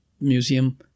Museum